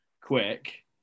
quick